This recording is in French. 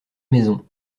maisons